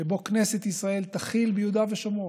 שבו כנסת ישראל תחיל ביהודה ושומרון,